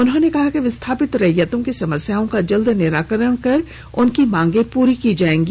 उन्होंने कहा कि विस्थापित रैयतों की समस्याओं का जल्द निराकरण कर उनकी मांगें पूरी की जायेंगी